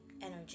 energy